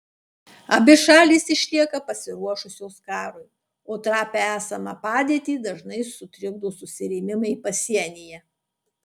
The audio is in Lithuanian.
abi šalys išlieka pasiruošusios karui o trapią esamą padėtį dažnai sutrikdo susirėmimai pasienyje